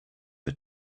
had